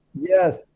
Yes